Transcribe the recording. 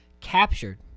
Captured